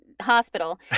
Hospital